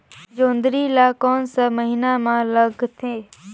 जोंदरी ला कोन सा महीन मां लगथे?